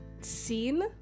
seen